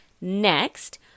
Next